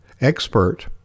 expert